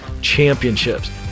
championships